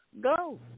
go